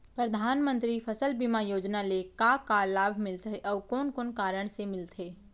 परधानमंतरी फसल बीमा योजना ले का का लाभ मिलथे अऊ कोन कोन कारण से मिलथे?